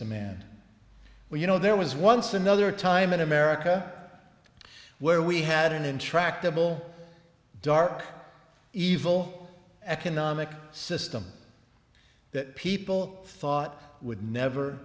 demand where you know there was once another time in america where we had an intractable dark evil economic system that people thought would never